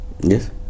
yes